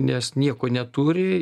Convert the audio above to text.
nes nieko neturi